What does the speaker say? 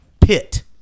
pit